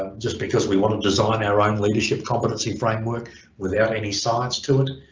um just because we want to design our own leadership competency framework without any science to it